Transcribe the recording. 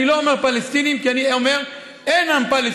אני לא אומר "פלסטינים" כי אני אומר: אין עם פלסטיני.